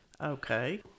Okay